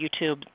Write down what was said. YouTube